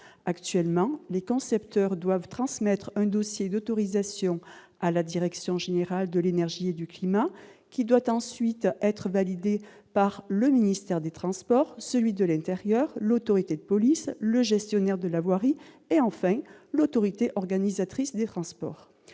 Actuellement, les concepteurs doivent transmettre un dossier d'autorisation à la Direction générale de l'énergie et du climat, qui doit ensuite être validé par le ministère des transports, celui de l'intérieur, l'autorité de police, le gestionnaire de la voirie et, enfin, l'autorité organisatrice des transports